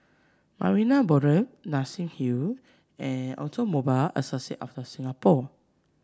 Marina Boulevard Nassim Hill and Automobile Association of The Singapore